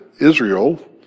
Israel